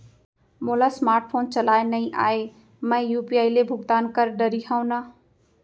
मोला smart phone चलाए नई आए मैं यू.पी.आई ले भुगतान कर डरिहंव न?